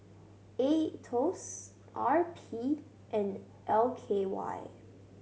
Aetos R P and L K Y